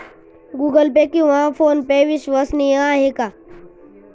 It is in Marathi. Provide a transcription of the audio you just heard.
गूगल पे किंवा फोनपे विश्वसनीय आहेत का?